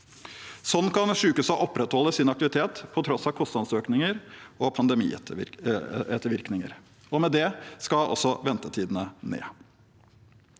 Slik kan sykehusene opprettholde sin aktivitet på tross av kostnadsøkninger og pandemiettervirkninger, og med det skal også ventetidene ned.